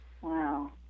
Wow